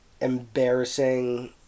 embarrassing